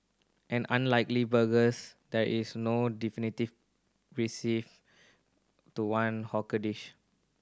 and unlikely burgers there is no one definitive recipe to one hawker dish